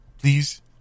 Please